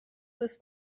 ist